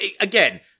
again